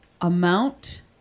amount